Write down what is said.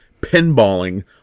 pinballing